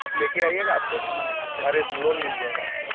आप लेकर आइएगा आपको सोना मिल जाएगा अरे लोन मिल जाएगा आपको